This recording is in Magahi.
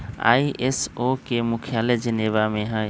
आई.एस.ओ के मुख्यालय जेनेवा में हइ